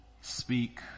speak